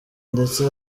ndetse